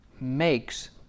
makes